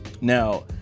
Now